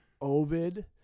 Ovid